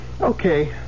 Okay